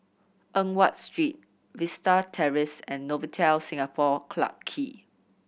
Eng Watt Street Vista Terrace and Novotel Singapore Clarke Quay